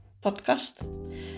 podcast